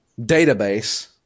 database